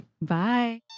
bye